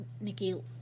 Nikki